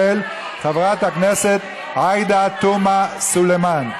של חברת הכנסת עאידה תומא סלימאן.